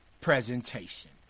presentation